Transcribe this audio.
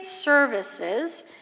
services